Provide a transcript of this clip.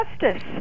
justice